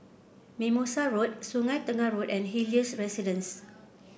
Mimosa Road Sungei Tengah Road and Helios Residences